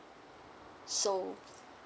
so